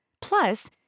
Plus